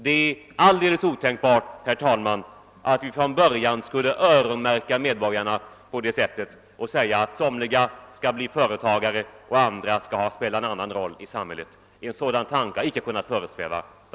Det är alldeles otänkbart, herr talman, att från början öronmärka medborgarna på det sättet och säga att somliga skall bli företagare, medan andra skall spela en annan roll i samhället.